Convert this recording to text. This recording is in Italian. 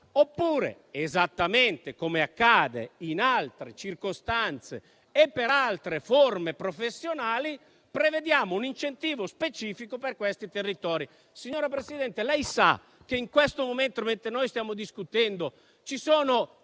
oppure, esattamente come accade in altre circostanze e per altre forme professionali, prevediamo un incentivo specifico per questi territori. Signora Presidente, lei sa che in questo momento, mentre noi stiamo discutendo, ci sono